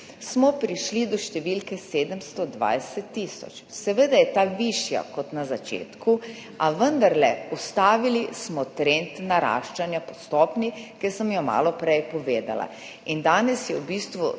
smo prišli do številke 720 tisoč. Seveda je ta višja kot na začetku, a vendarle, ustavili smo trend naraščanja po stopnji, ki sem jo malo prej povedala. Danes je v bistvu